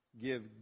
give